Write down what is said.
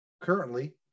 currently